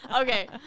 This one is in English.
Okay